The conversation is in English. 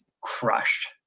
crushed